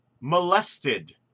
molested